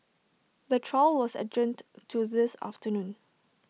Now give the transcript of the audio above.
the trial was adjourned to this afternoon